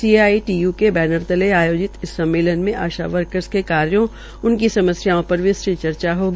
CITU के banner तले आयोजित इस सम्मेलन में आशा वर्कर्स के कार्यो उनकी समस्याओं पर विस्तृत चर्चा होगी